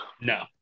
No